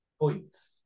Points